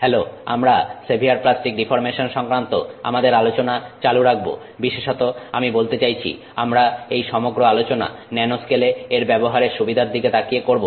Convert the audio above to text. hello আমরা severe plastic deformation সংক্রান্ত আমাদের আলোচনা চালু রাখব বিশেষত আমি বলতে চাইছি আমরা এই সমগ্র আলোচনা ন্যানো স্কেল এ এর ব্যবহারের সুবিধার দিকে তাকিয়ে করব